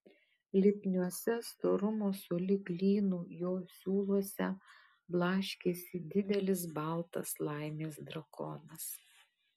lipniuose storumo sulig lynu jo siūluose blaškėsi didelis baltas laimės drakonas